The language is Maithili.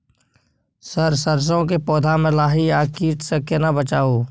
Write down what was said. सर सरसो के पौधा में लाही आ कीट स केना बचाऊ?